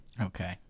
Okay